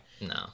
No